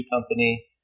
company